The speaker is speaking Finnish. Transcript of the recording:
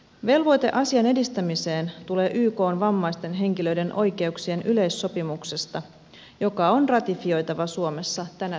velvoite asian edistämiseen tulee ykn vammaisten henkilöiden oikeuksien yleissopimuksesta joka on ratifioitava suomessa tänä syksynä